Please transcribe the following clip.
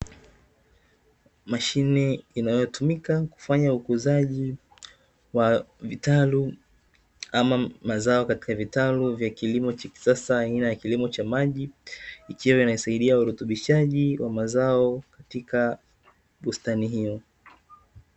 Mashine inayotumika kufanya ukuzaji wa vitaru ama mazao katika vitaru vya kilimo cha kisasa aina ya kilimo cha maji ikiwa inasaidia urutubishaji wa mazao katika bustani hiyo.